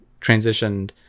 transitioned